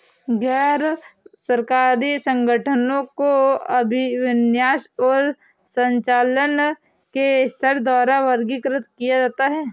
गैर सरकारी संगठनों को अभिविन्यास और संचालन के स्तर द्वारा वर्गीकृत किया जाता है